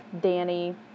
Danny